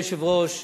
אדוני היושב-ראש,